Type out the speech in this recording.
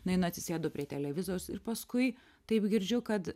nueinu atsisėdu prie televizoriaus ir paskui taip girdžiu kad